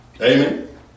Amen